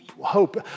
hope